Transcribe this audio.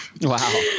Wow